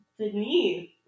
Denise